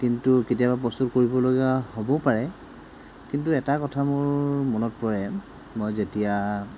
কিন্তু কেতিয়াবা প্ৰস্তুত কৰিবলগীয়া হ'বও পাৰে কিন্তু এটা কথা মোৰ মনত পৰে মই যেতিয়া